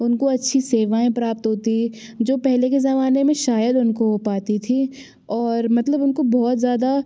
उनको अच्छी सेवाएँ प्राप्त होती जो पहले के जमाने में शायद उनको हो पाती थी और मतलब उनको बहुत ज़्यादा